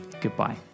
Goodbye